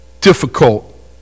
difficult